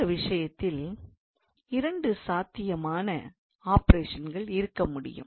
இந்த விஷயத்தில் இரண்டு சாத்தியமான ஆபரேஷன்கள் இருக்க முடியும்